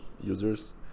users